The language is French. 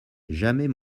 jamais